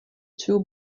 two